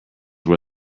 wear